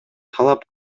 талап